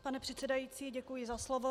Pane předsedající, děkuji za slovo.